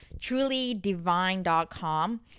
trulydivine.com